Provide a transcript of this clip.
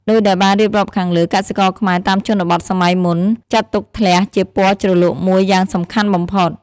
ដូចដែលបានរៀបរាប់ខាងលើ កសិករខ្មែរតាមជនបទសម័យមុនចាត់ទុកធ្លះជាពណ៌ជ្រលក់មួយយ៉ាងសំខាន់បំផុត។